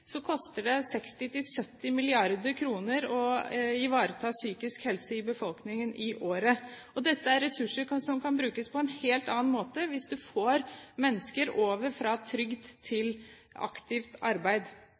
koster det 60 mrd. kr–70 mrd. kr å ivareta psykisk helse i befolkningen i året. Dette er ressurser som kan brukes på en helt annen måte hvis man får mennesker over fra trygd til aktivt arbeid.